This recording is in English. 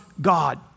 God